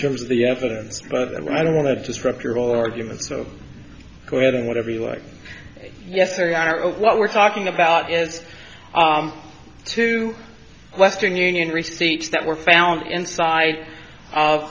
terms of the evidence but i don't want to disrupt your whole argument so go ahead and whatever you like yes or not out of what we're talking about is to western union receipts that were found inside of